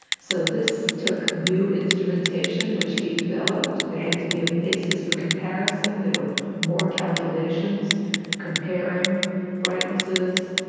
so this took new instrumentation, which he developed. there had to be a basis for comparison there were more calculations comparing brightnesses,